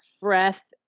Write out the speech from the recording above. breath